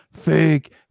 fake